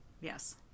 Yes